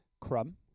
Crumb